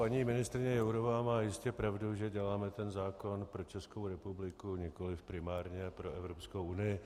Paní ministryně Jourová má jistě pravdu, že děláme ten zákon pro Českou republiku, nikoliv primárně pro Evropskou unii.